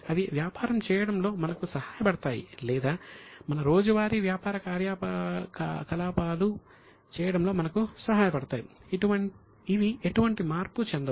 అవి వ్యాపారం చేయడంలో మనకు సహాయపడతాయి లేదా మన రోజువారి వ్యాపార కార్యకలాపాలు చేయడంలో మనకు సహాయపడతాయి ఇవి ఎటువంటి మార్పు చెందవు